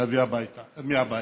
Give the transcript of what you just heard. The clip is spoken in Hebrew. להביא מהבית,